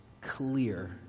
clear